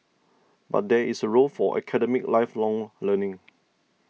but there is a role for academic lifelong learning